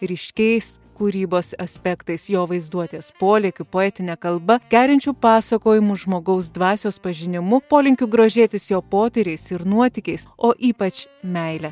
ryškiais kūrybos aspektais jo vaizduotės polėkiu poetine kalba kerinčiu pasakojimu žmogaus dvasios pažinimu polinkiu grožėtis jo potyriais ir nuotykiais o ypač meile